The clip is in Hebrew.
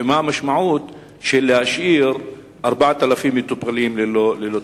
ומה המשמעות של להשאיר 4,000 מטופלים ללא טיפת-חלב.